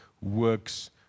works